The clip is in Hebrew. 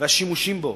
והשימושים בו,